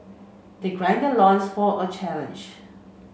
they gird their loins for a challenge